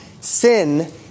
sin